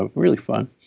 ah really fun